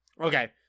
Okay